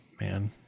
man